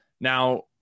now